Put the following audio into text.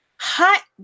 Hot